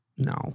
No